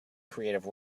creative